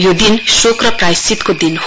यो दिन शोक र प्रायश्चितको दिन हो